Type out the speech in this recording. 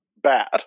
bad